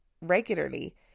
regularly